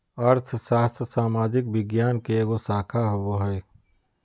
अर्थशास्त्र सामाजिक विज्ञान के एगो शाखा होबो हइ